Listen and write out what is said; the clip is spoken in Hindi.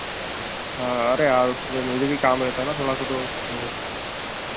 हाँ अरे हाँ उस पे मुझे भी काम रहता है ना थोड़ा सा तो हाँ